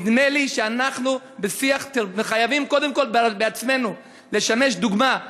נדמה לי שאנחנו חייבים קודם כול בעצמנו לשמש דוגמה,